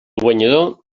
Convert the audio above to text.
guanyador